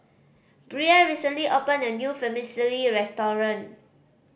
Bria recently opened a new Vermicelli restaurant